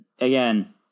again